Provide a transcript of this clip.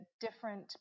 different